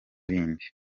bindi